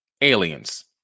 aliens